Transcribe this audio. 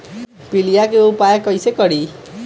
पीलिया के उपाय कई से करी?